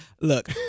Look